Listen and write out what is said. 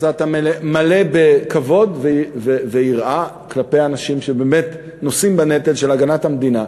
אז אתה מלא בכבוד ויראה כלפי האנשים שבאמת נושאים בנטל של הגנת המדינה,